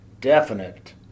definite